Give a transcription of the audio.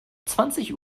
zwanzig